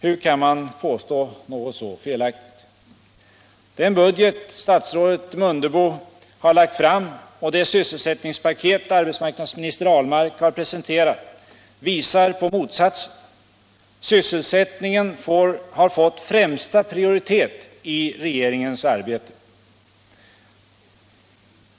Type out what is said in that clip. Hur kan man påstå något så felaktigt? Den budget statsrådet Mundebo har lagt fram och det sysselsättningspaket arbetsmarknadsminister Ahlmark har presenterat visar på motsatsen. Sysselsättningen har fått främsta prioritet i regeringens arbete.